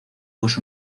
pues